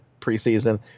preseason